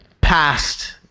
past